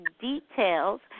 details